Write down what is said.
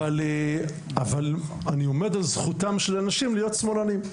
אבל אני עומד על זכותם של אנשים להיות שמאלנים,